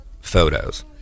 photos